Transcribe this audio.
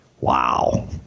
Wow